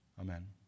Amen